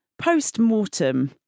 post-mortem